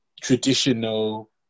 Traditional